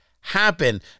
happen